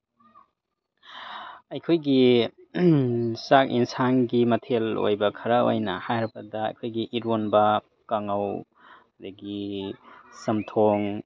ꯑꯩꯈꯣꯏꯒꯤ ꯆꯥꯛ ꯑꯦꯟꯁꯥꯡꯒꯤ ꯃꯊꯦꯜ ꯑꯣꯏꯕ ꯈꯔ ꯑꯣꯏꯅ ꯍꯥꯏꯔꯕꯗ ꯑꯩꯈꯣꯏꯒꯤ ꯏꯔꯣꯟꯕ ꯀꯥꯡꯉꯧ ꯑꯗꯒꯤ ꯆꯝꯊꯣꯡ